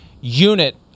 unit